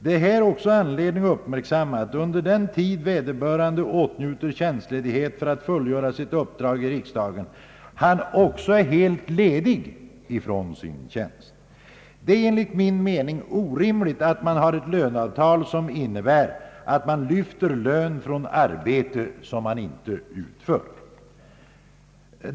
Det är här anledning uppmärksamma att under den tid vederbörande åtnjuter tjänstledighet för att fullgöra sitt uppdrag i riksdagen han också är helt ledig från sin tjänst. Det är enligt min mening orimligt att man har ett löneavtal som innebär att människor lyfter lön för arbete som de inte utför.